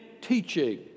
teaching